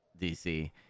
DC